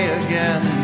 again